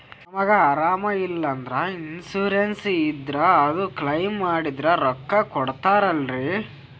ನಮಗ ಅರಾಮ ಇಲ್ಲಂದ್ರ ಇನ್ಸೂರೆನ್ಸ್ ಇದ್ರ ಅದು ಕ್ಲೈಮ ಮಾಡಿದ್ರ ರೊಕ್ಕ ಕೊಡ್ತಾರಲ್ರಿ?